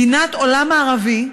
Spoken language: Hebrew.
מדינת עולם מערבי,